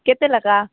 କେତେ ଲେଖାଁ